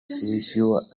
seizures